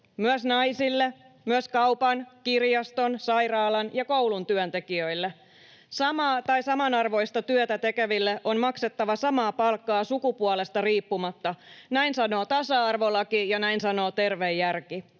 myös naisille, myös kaupan, kirjaston, sairaalan ja koulun työntekijöille. Samaa tai samanarvoista työtä tekevälle on maksettava sama palkka sukupuolesta riippumatta. Näin sanoo tasa-arvolaki ja näin sanoo tietysti